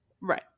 right